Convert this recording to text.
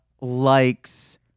likes